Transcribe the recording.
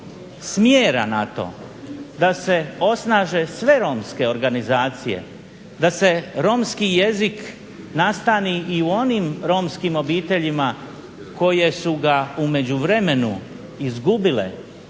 smjera na to da se osnaže sve romske organizacije, da se romski jezik nastani i u onim romskim obiteljima koje su ga u međuvremenu izgubile